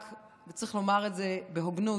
וצריך לומר את זה בהוגנות,